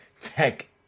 tech